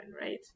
right